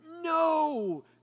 no